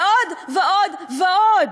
ועוד ועוד ועוד.